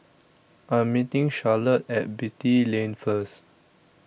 I Am meeting Charlotte At Beatty Lane First